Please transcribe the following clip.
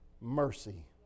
mercy